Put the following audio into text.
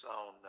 on